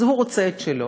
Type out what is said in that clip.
אז הוא רוצה את שלו,